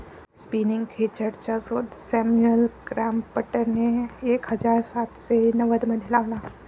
spinning खेचरचा शोध Samuel क्रॉम्प्टनने एक हजार सातशे नव्वदमध्ये लावला